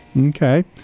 Okay